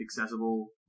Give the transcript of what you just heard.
accessible